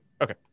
Okay